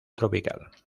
tropical